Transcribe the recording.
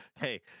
Hey